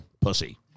pussy